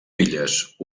filles